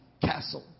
Castle